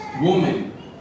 woman